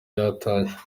yatashye